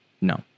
No